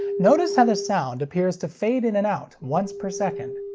notice how the sound appears to fade in and out once per second.